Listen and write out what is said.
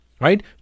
Right